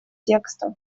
текста